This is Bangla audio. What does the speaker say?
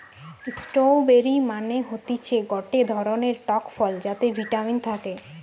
স্ট্রওবেরি মানে হতিছে গটে ধরণের টক ফল যাতে ভিটামিন থাকে